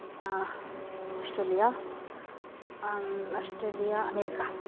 R Australia Australia America